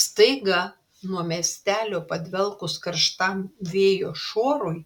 staiga nuo miestelio padvelkus karštam vėjo šuorui